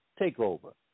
takeover